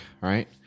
right